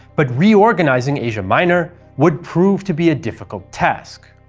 but re-organizing asia minor would prove to be a difficult task.